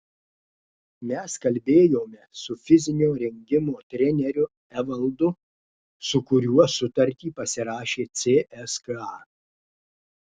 mes kalbėjome su fizinio rengimo treneriu evaldu su kuriuo sutartį pasirašė cska